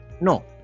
No